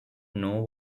know